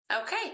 Okay